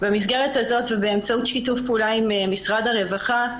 במסגרת הזאת ובאמצעות שיתוף פעולה עם משרד הרווחה,